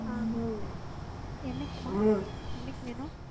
ஆ என்னக்கும்மா என்னக்கு வேணும்